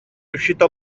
riuscito